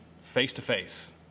face-to-face